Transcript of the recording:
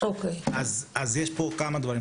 אז יש פה כמה דברים,